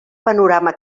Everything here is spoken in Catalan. panorama